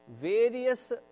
various